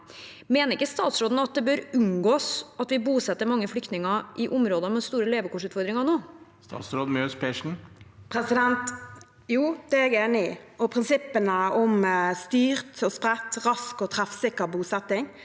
Mener ikke statsråden at det bør unngås at vi bosetter mange flyktninger i områder med store levekårsutfordringer nå? Statsråd Marte Mjøs Persen Jo, det er jeg enig i, og prinsippene om styrt og spredt, rask og treffsikker bosetting